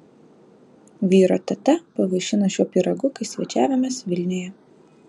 vyro teta pavaišino šiuo pyragu kai svečiavomės vilniuje